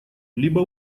либо